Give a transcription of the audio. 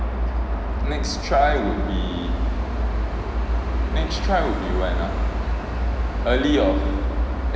next try will be next try will be when ah early of eh